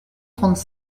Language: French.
trente